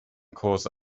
cause